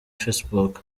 facebook